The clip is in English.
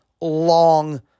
long